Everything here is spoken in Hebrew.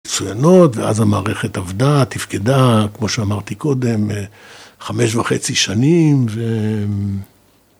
מצויינות ואז המערכת עבדה, תפקדה, כמו שאמרתי קודם, חמש וחצי שנים.